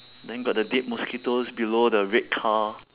then got the dead mosquitoes below the red car